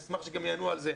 אני אשמח שהם גם יענו על זה.